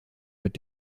mit